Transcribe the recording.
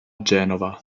genova